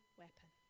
weapon